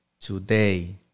today